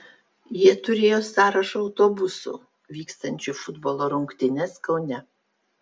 jie turėjo sąrašą autobusų vykstančių į futbolo rungtynes kaune